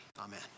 amen